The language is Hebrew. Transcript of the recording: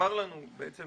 נאמר לנו בעצם